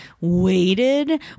waited